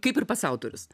kaip ir pats autorius